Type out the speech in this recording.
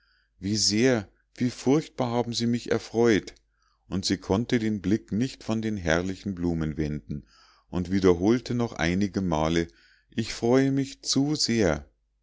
wie sehr wie furchtbar haben sie mich erfreut und sie konnte den blick nicht von den herrlichen blumen wenden und wiederholte noch einige male ich freue mich zu sehr